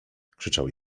krzyczał